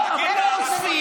לא, אבל, מה זה אוספים?